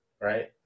right